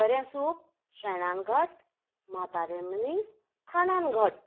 कट्टरें सूप शेणान घट म्हातारें मनीस खाणान घट